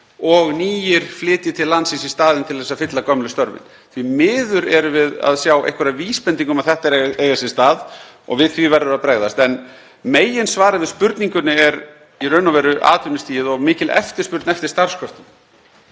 og nýir flytji til landsins í staðinn til að fylla gömlu störfin. Því miður erum við að sjá einhverja vísbendingu um að þetta eigi sér stað og við því verður að bregðast. En meginsvarið við spurningunni er í raun og veru atvinnustigið og mikil eftirspurn eftir starfskröftum.